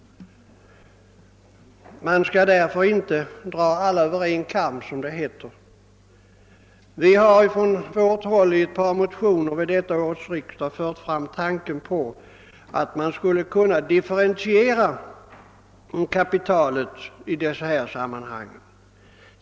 Man skall därför inte dra alla över en kam, som det heter. Vi har från vårt håll i ett par motioner vid detta års riksdag fört fram tanken på att man skulle kunna differentiera kapitalet i dessa sammanhang.